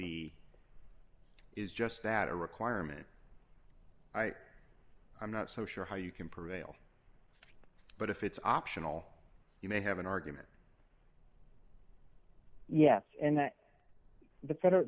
b is just that a requirement i i'm not so sure how you can prevail but if it's optional you may have an argument yes and the federal